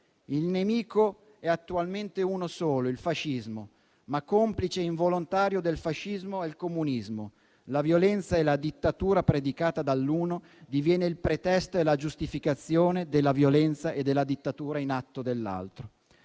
«Il nemico è attualmente uno solo, il fascismo, ma complice involontario del fascismo è il comunismo. La violenza e la dittatura predicata dall'uno diviene il pretesto e la giustificazione della violenza e della dittatura in atto dell'altro».